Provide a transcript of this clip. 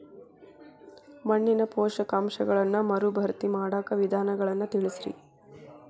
ಮಣ್ಣಿನ ಪೋಷಕಾಂಶಗಳನ್ನ ಮರುಭರ್ತಿ ಮಾಡಾಕ ವಿಧಾನಗಳನ್ನ ತಿಳಸ್ರಿ